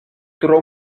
tro